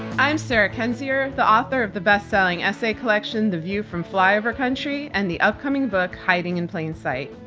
i'm sarah kendzior, the author of the bestselling essay collection, the view from flyover country and the upcoming book, hiding in plain sight.